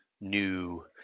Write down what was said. new